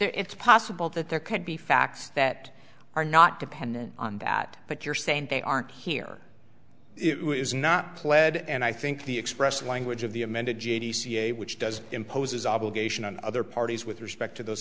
it's possible that there could be facts that are not dependent on that but you're saying they aren't here it is not pled and i think the expressive language of the amended g c a which does imposes obligation on other parties with respect to those